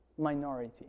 minority